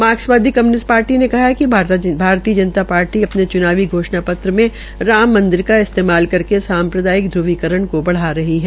मार्क्सवादी communist party ने कहा है कि भारतीय जनता पार्टी अपने च्नावी घोषणा पत्र में राम मंदिर का इस्तेमाल करके सांप्रदायिक घ्रवीकरण को बढ़ा रही है